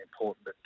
important